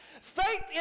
Faith